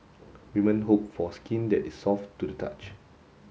woman hope for skin that is soft to the touch